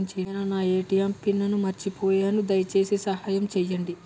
నేను నా ATM PIN మర్చిపోయాను, దయచేసి సహాయం చేయండి